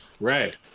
Right